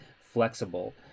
flexible